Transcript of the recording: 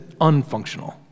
unfunctional